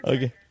Okay